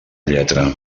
lletra